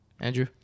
Andrew